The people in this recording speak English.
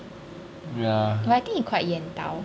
ya